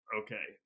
okay